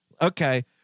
okay